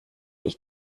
ich